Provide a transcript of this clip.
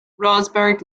rosberg